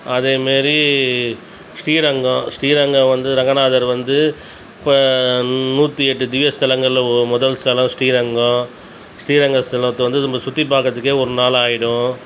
அதே மாரி ஸ்ரீரங்கம் ஸ்ரீரங்கம் வந்து ரங்கநாதர் வந்து இப்போ நூற்றியெட்டு திவ்ய ஸ்தலங்கள்ல ஓ முதல் ஸ்தலம் ஸ்ரீரங்கம் ஸ்ரீரங்கம் ஸ்தலத்தை வந்து நம்ம சுற்றிப் பார்க்கறதுக்கே ஒரு நாள் ஆயிடும்